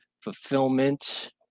fulfillment